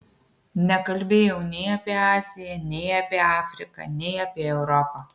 nekalbėjau nei apie aziją nei apie afriką nei apie europą